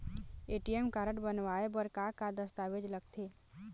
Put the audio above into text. ATM card बनवाए बर का का दस्तावेज लगथे?